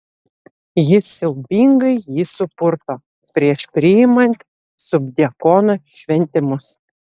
jis siaubingai jį supurto prieš priimant subdiakono šventimus